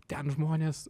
ten žmonės